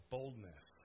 Boldness